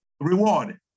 reward